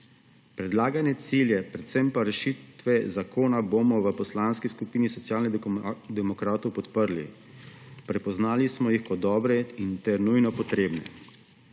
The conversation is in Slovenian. Predlagane cilje, predvsem pa rešitve zakona bomo v Poslanski skupini Socialnih demokratov podprli. Prepoznali smo jih kot dobre in nujno potrebne.